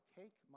take